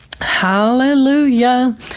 hallelujah